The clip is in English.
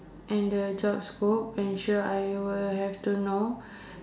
and the job scope ensure I will have to know